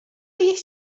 jest